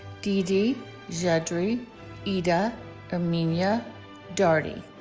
dede dede gertrude ida hermina dartey